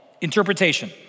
Interpretation